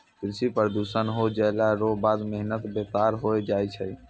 कृषि प्रदूषण हो जैला रो बाद मेहनत बेकार होय जाय छै